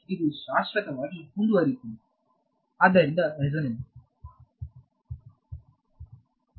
ಇದು ಶಾಶ್ವತವಾಗಿ ಮುಂದುವರಿಯುತ್ತದೆ ಆದ್ದರಿಂದ ರೆಸೊನೆನ್ಸ್